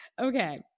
Okay